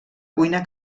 cuina